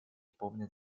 помнят